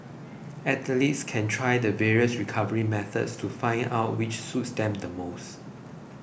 athletes can try the various recovery methods to find out which suits them the most